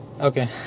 Okay